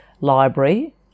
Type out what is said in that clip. library